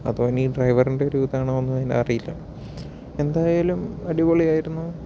അതോ ഇനി ഈ ഡ്രൈവറുടെ ഒരു ഇതാണോ എന്നൊന്നും അറിയില്ല എന്തായാലും അടിപൊളി ആയിരുന്നു